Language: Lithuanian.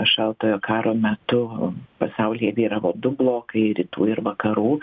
šaltojo karo metu pasaulyje vyravo du blokai rytų ir vakarų